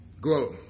Glow